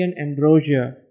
ambrosia